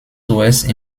zuerst